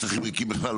שטחים ריקים בכלל.